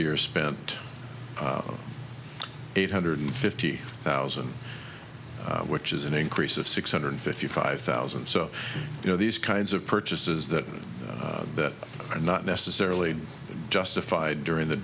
year spent eight hundred fifty thousand which is an increase of six hundred fifty five thousand so you know these kinds of purchases that that are not necessarily justified during the